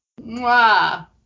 mwah